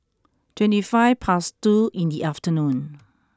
twenty five past two in the afternoon